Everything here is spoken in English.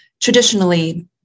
traditionally